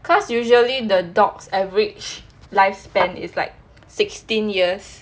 cause usually the dogs average lifespan is like sixteen years